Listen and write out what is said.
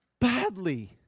badly